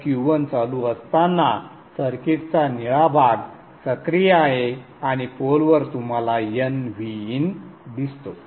तर Q1 चालू असताना सर्किटचा निळा भाग सक्रिय आहे आणि पोलवर तुम्हाला nVin दिसतो